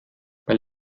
weil